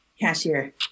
Cashier